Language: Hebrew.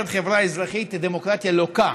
ארגוני חברה אזרחית היא דמוקרטיה לוקה.